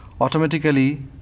automatically